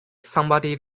somebody